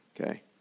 Okay